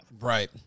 Right